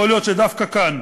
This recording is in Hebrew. יכול להיות שדווקא כאן,